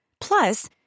Plus